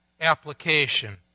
application